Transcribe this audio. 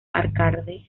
arcade